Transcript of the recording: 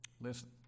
Listen